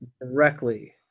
directly